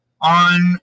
On